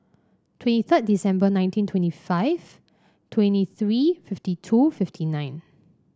twenty third December nineteen twenty five twenty three fifty two fifty nine